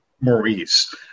Maurice